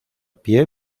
pie